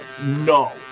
No